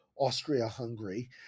Austria-Hungary